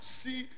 see